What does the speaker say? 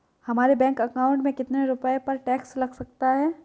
हमारे bank account में कितने रुपये पर टैक्स लग सकता है?